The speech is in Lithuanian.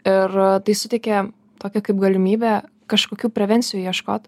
ir tai suteikia tokią kaip galimybę kažkokių prevencijų ieškot